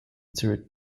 turret